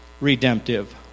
redemptive